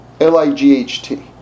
L-I-G-H-T